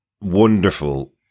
wonderful